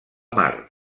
mar